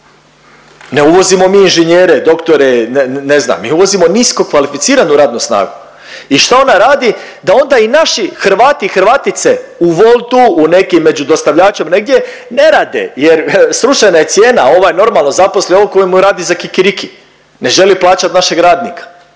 ne uvozimo mi inženjere, doktore, ne znam, mi uvozimo niskokvalificiranu radnu snagu i šta ona radi, da onda i naši Hrvati i Hrvatice u Woltu, u nekim među dostavljačem negdje ne rade jer srušena je cijena, ovaj normalno zaposli ovog koji mu radi za kikiriki, ne želi plaćat našeg radnika,